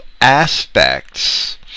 aspects